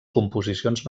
composicions